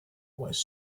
was